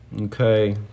Okay